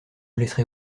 laisserez